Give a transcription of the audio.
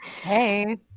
Hey